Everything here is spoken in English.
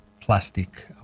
plastic